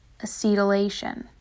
acetylation